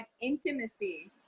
intimacy